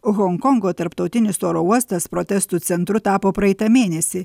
honkongo tarptautinis oro uostas protestų centru tapo praeitą mėnesį